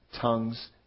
tongues